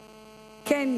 כן,